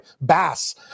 Bass